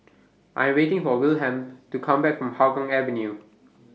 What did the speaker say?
I Am waiting For Wilhelm to Come Back from Hougang Avenue